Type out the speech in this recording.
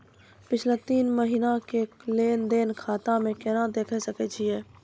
पिछला तीन महिना के लेंन देंन खाता मे केना देखे सकय छियै?